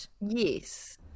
Yes